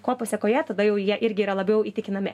ko pasekoje tada jau jie irgi yra labiau įtikinami